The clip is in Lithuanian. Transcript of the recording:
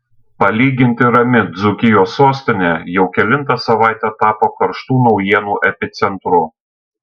palyginti rami dzūkijos sostinė jau kelintą savaitę tapo karštų naujienų epicentru